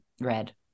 Red